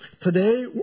Today